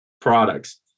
products